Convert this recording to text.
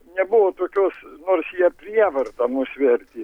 nebuvo tokios nors jie prievarta mus vertė